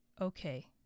okay